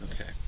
Okay